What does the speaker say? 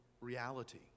reality